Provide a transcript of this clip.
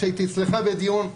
הייתי אצלך בדיון,